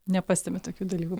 nepastebit tokių dalykų